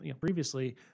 previously